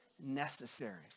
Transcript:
necessary